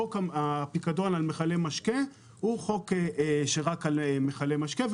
חוק הפיקדון על מכלי משקה הוא רק על מכלי משקה,